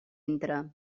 entra